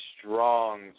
strong